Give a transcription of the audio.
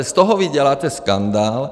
Z toho vy děláte skandál.